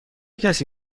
کسی